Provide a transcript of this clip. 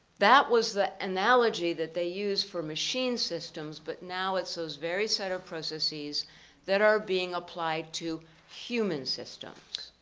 that was the analogy that they used for machine systems, but now it's those very set of processes that are being applied to human systems.